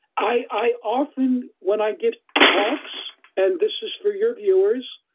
i often, when i give talks, and this is for your viewers,